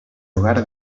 hogar